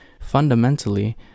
Fundamentally